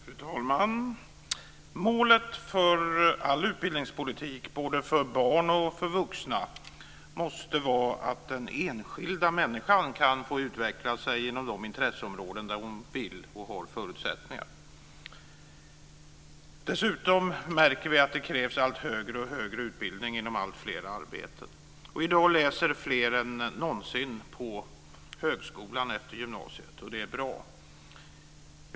Fru talman! Målet för all utbildningspolitik, både för barn och för vuxna, måste vara att den enskilda människan kan få utveckla sig inom de intresseområden där hon vill och har förutsättningar. Dessutom märker vi att det krävs allt högre utbildning inom alltfler arbeten. I dag läser fler än någonsin på högskolan efter gymnasiet, och det är bra.